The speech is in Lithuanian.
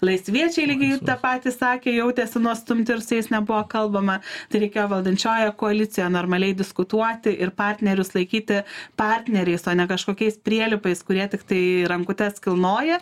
laisviečiai lygiai tą patį sakė jautėsi nuostumti ir su jais nebuvo kalbama tai reikėjo valdančiojoj koalicijaj normaliai diskutuoti ir partnerius laikyti partneriais o ne kažkokiais prielipais kurie tiktai rankutes kilnoja